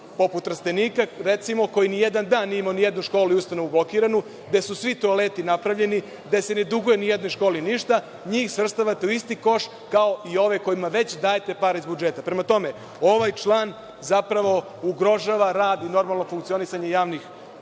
poput Trstenika, recimo, koji nijedan dan nije imao nijednu školu i ustanovu blokiranu, gde su svi toaleti napravljeni, gde se ne duguje nijednoj školi ništa, njih svrstavate u isti koš kao i ove kojima već dajete pare iz budžeta. Prema tome, ovaj član zapravo ugrožava rad i normalno funkcionisanje lokalnih